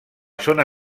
zona